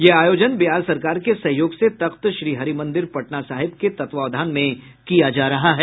यह आयोजन बिहार सरकार के सहयोग से तख्त श्रीहरि मंदिर पटना साहिब के तत्वावधान में किया जा रहा है